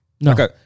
No